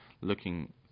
looking